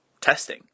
testing